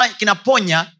kinaponya